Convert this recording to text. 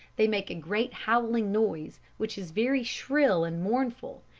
they make a great howling noise, which is very shrill and mournful,